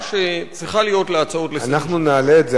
שצריכה להיות להצעות אנחנו נעלה את זה.